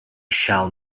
shall